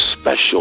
special